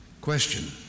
Question